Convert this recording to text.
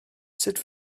sut